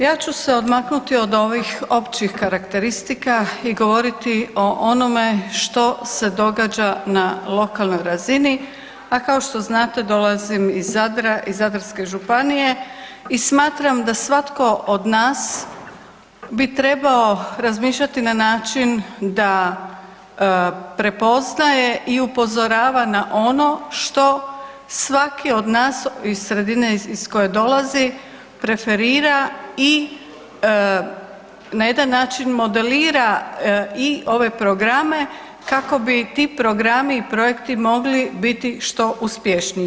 Ja ću se odmaknuti od ovih općih karakteristika i govoriti o onome što se događa na lokalnoj razini a kao što znate, dolazim iz Zadra, iz Zadarske županije i smatram da svatko od nas bi trebao razmišljati na način prepoznaje i upozorava na ono što svaki od nas iz sredine iz koje dolazi preferira i na jedan način modelira i ove programe kako bi ti programi i projekti mogli biti što uspješniji.